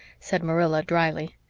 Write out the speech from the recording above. said marilla drily.